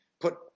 Put